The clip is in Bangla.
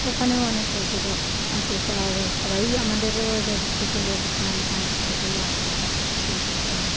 ওখানেও অনেক পর্যটক আসে সবাই আমাদেরও এদিক থেকে লোক যায় বাইরের থেকেও আসে সব দেখতে করতে